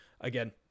again